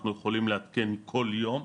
אנחנו יכולים לעדכן כל יום,